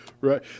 Right